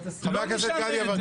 לא משנה מי